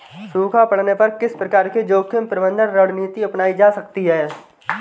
सूखा पड़ने पर किस प्रकार की जोखिम प्रबंधन रणनीति अपनाई जा सकती है?